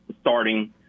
starting